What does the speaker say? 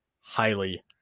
Highly